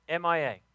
MIA